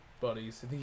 buddies